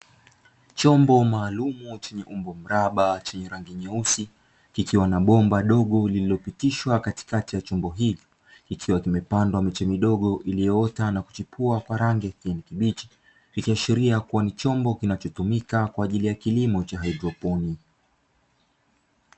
Chombo maalumu chenye umbo mraba chenye rangi nyeusi kikiwa na bomba dogo lililopitishwa katikati ya chombo hiki ikiwa kimepandwa mimea midogo iliyoota na kuchipua, ikiashiria kuwa ni chombo kinachotumika kwa ajili ya kilimo cha kisasa cha haidroponi.